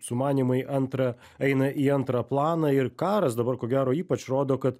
sumanymai antra eina į antrą planą ir karas dabar ko gero ypač rodo kad